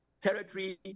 territory